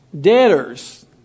debtors